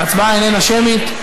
ההצבעה איננה שמית.